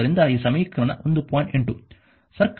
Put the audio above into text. ಆದ್ದರಿಂದ ಈ ಸಮೀಕರಣ 1